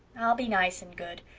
i'll be nice and good.